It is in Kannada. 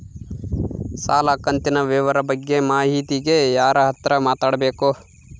ಸಾಲ ಕಂತಿನ ವಿವರ ಬಗ್ಗೆ ಮಾಹಿತಿಗೆ ಯಾರ ಹತ್ರ ಮಾತಾಡಬೇಕು?